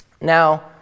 Now